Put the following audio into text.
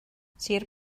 sir